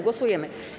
Głosujemy.